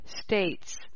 States